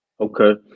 Okay